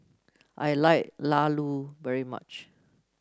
I like Laddu very much